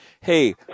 hey